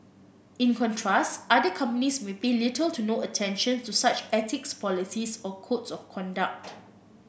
in contrast other companies may pay little to no attention to such ethics policies or codes of conduct